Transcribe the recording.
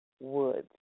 Woods